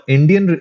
Indian